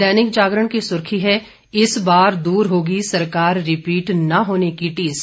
दैनिक जागरण की सुर्खी है इस बार दूर होगी सरकार रिपीट न होने की टीस